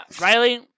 Riley